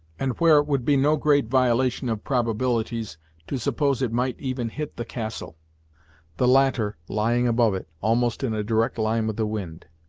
and where it would be no great violation of probabilities to suppose it might even hit the castle the latter lying above it, almost in a direct line with the wind.